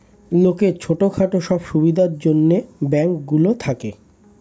লোকের ছোট খাটো সব সুবিধার জন্যে ব্যাঙ্ক গুলো থাকে